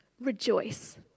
Rejoice